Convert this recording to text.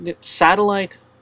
satellite